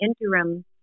interim